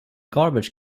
garbage